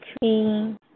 Queen